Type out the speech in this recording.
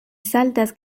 saltas